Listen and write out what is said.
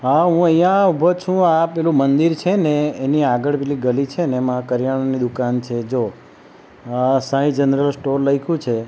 હા હું અહીંયાં ઊભો છું આ પેલું મંદિર છેને એની આગળ પેલી ગલી છેને એમાં કરિયાણાની દુકાન છે જો હા સાંઈ જનરલ સ્ટોર લખ્યું છે